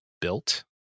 built